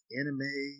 anime